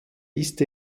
ist